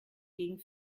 gegen